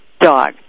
dog